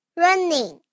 running